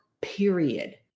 period